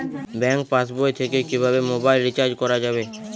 Bank পাশবই থেকে কিভাবে মোবাইল রিচার্জ করা যাবে?